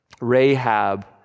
Rahab